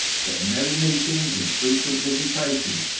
their merry meetings and frequent visitations,